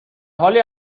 حالی